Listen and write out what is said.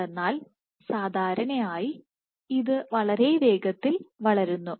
എന്തെന്നാൽ സാധാരണയായി ഇത് വളരെ വേഗത്തിൽ വളരുന്നു